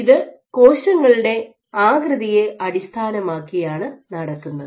ഇത് കോശങ്ങളുടെ ആകൃതിയെ അടിസ്ഥാനമാക്കിയാണ് നടക്കുന്നത്